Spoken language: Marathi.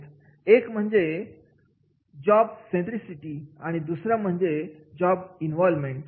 एक म्हणजे जॉब सेंट्रीसिटी आणि दुसरा म्हणजे जॉब इनवॉलमेंट